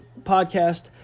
podcast